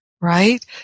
right